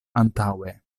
antaŭe